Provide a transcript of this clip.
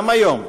גם היום,